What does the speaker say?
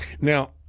now